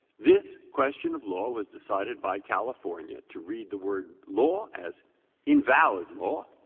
this question of law was decided by california to read the word law as invalid law,